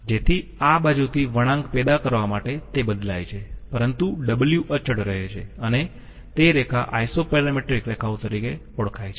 જેથી આ બાજુથી વળાંક પેદા કરવા માટે તે બદલાય છે પરંતુ w અચળ રહે છે અને તે રેખા આઈસોપેરમેટ્રિક રેખાઓ તરીકે ઓળખાય છે